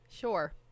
Sure